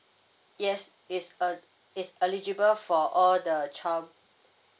yes it's uh it's eligible for all the child